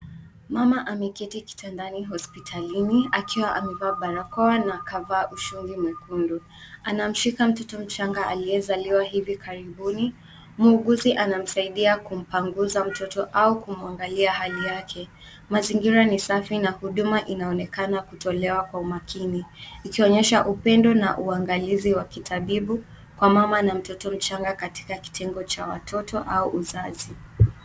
Mama ameketi kitandani hospitalini akiwa amevaa barakoa na kava ushungi mwekundu. Anamshika mtoto mchanga aliyezaliwa hivi karibuni, muuguzi anamsaidia kumpangusa mtoto au kumwangalia hali yake. Mazingira ni safi na huduma inaonekana kutolewa kwa umakini ikionyesha upendo na uangalizi wa kitabibu kwa mama na mtoto mchanga katika kitengo cha watoto au uzazi.